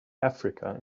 africa